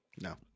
No